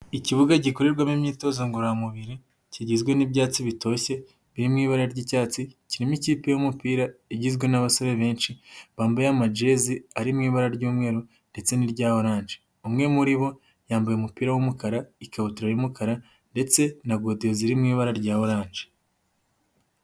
Ikibuga gikorerwamo imyitozo ngororamubiri kigizwe n'ibyatsi bitoshye birimo ibara ry'icyatsi, kirimo ikipe y'umupira igizwe n'abasore benshi bambaye amajezi ari mu ibara ry'umweru ndetse n'irya oranje. Umwe muri bo yambaye umupira w'umukara, ikabutura y'umukara ndetse na godiyo ziri mu ibara rya oranje.